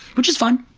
which is fine.